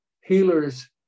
healers